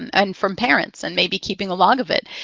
and and from parents and maybe keeping a log of it.